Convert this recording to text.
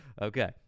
Okay